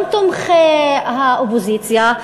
גם תומכי האופוזיציה,